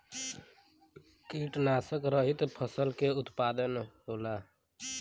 कीटनाशक रहित फसल के उत्पादन होला